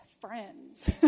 friends